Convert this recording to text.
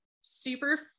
super